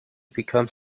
become